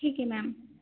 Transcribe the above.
ठीक आहे मॅम